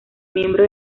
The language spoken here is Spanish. miembro